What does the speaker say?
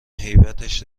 هیبتش